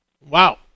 Wow